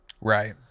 Right